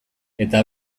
eta